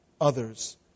others